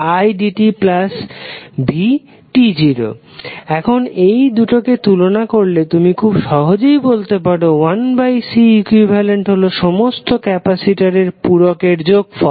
1Ceqt0tidtv এখন এই দুটিকে তুলনা করলে তুমি খুব সহজেই বলতে পারো 1Ceq হলো সমস্ত ক্যাপাসিটরের পুরকের যোগফল